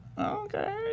okay